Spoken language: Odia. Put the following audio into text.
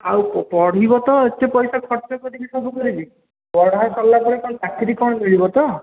ଆଉ ପଢ଼ିବ ତ ଏତେ ପଇସା ଖର୍ଚ୍ଚ କରିବି ସବୁ କରିବି ପଢ଼ା ସରିଲା ପରେ କ'ଣ ଚାକିରି କ'ଣ ମିଳିବ ତ